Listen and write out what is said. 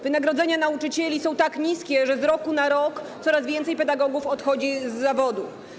Wynagrodzenia nauczycieli są tak niskie, że z roku na rok coraz więcej pedagogów odchodzi z zawodu.